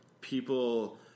people